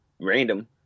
random